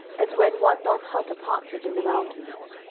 as when one doth hunt a partridge in the mountains.